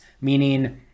Meaning